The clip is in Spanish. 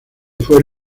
fue